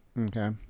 Okay